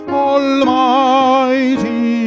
almighty